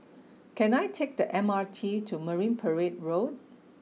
can I take the M R T to Marine Parade Road